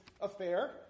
affair